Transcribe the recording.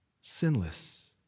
sinless